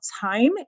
time